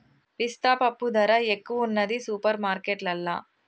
పిస్తా పప్పు ధర ఎక్కువున్నది సూపర్ మార్కెట్లల్లా